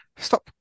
Stop